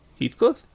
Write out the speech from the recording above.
Heathcliff